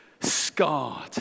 scarred